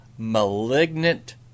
Malignant